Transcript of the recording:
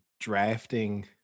drafting